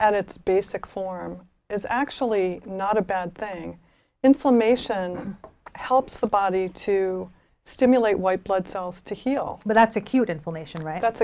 at its basic form is actually not a bad thing inflammation helps the body to stimulate white blood cells to heal but that's acute inflammation right that's